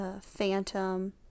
Phantom